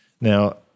Now